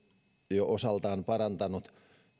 jo osaltaan parantanut